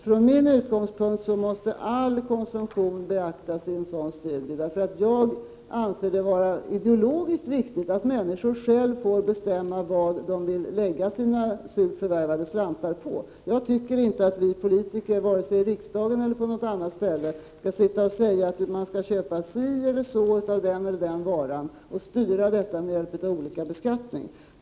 Från min utgångspunkt måste all konsumtion beaktas i en sådan studie. Jag anser det vara ideologiskt riktigt att människor själva får bestämma var de vill lägga sina surt förvärvade slantar på. Jag tycker inte att vi politiker, vare sig i riksdagen eller på något annat ställe, skall sitta och säga att man skall köpa så eller så mycket av den eller den varan, och styra detta med hjälp av olika beskattning.